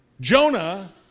Jonah